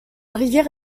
rivière